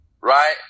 right